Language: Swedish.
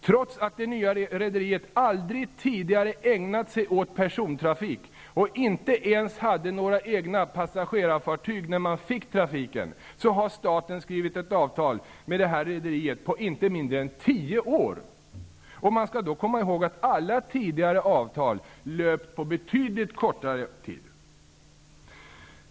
Trots att det nya rederiet aldrig tidigare ägnat sig åt persontrafik och inte ens hade några egna passagerarfartyg när man fick trafiken, har staten skrivit ett avtal med detta rederi på inte mindre än tio år. Man skall då komma ihåg att alla tidigare avtal löpt på betydligt kortare tid.